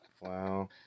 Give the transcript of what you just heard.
Wow